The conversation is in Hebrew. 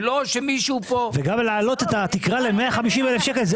ולא שמישהו פה --- וגם להעלות את התקרה ל-150,000 ₪,